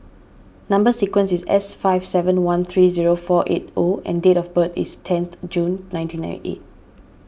Number Sequence is S five seven one three zero four eight O and date of birth is tenth June nineteen ninety eight